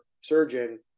surgeon